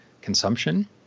consumption